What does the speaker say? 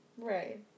Right